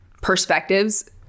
perspectives